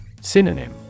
Synonym